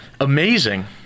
amazing